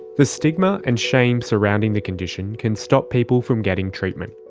the stigma and shame surrounding the condition can stop people from getting treatment.